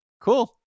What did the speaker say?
cool